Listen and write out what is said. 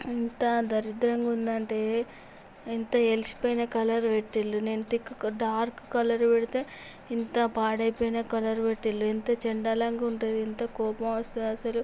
ఇంత దరిద్రంగా ఉందంటే ఎంత వెలిసిపోయిన కలర్ పెట్టారు నేను తిక్ డార్క్ కలర్ పెడితే ఇంత పాడైపోయిన కలర్ పెట్టారు ఇంత చెండాలంగా ఉంటుంది ఎంత కోపం వస్తుంది అసలు